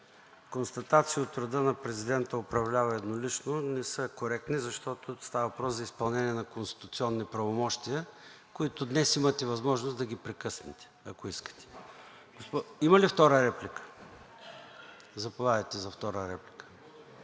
Констатации от рода на „президентът управлява еднолично“ не са коректни, защото става въпрос за изпълнение на конституционни правомощия, които днес имате възможност да ги прекъснете, ако искате. Има ли втора реплика? Заповядайте за втора реплика,